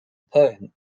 poem